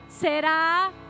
será